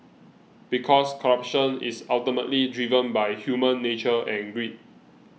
because corruption is ultimately driven by human nature and greed